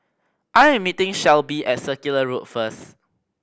I am meeting Shelbie at Circular Road first